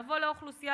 לבוא לאוכלוסייה,